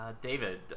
David